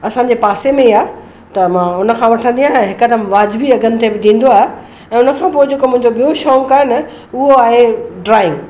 असांजे पासे में ई आहे त मां उनखां वठंदी आहियां हिकदमु वाजिबी अघनि ते ॾींदो आ ऐं हुन खां पो जेको मुंहिंजो ॿियो शौक़ु आहे न उहो आहे ड्रॉइंग